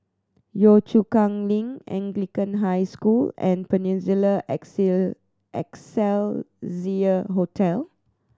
Yio Chu Kang Link Anglican High School and Peninsula Excelsior Hotel